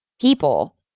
people